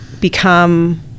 become